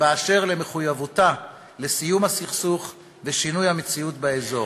אשר למחויבותה לסיום הסכסוך ולשינוי המציאות באזור.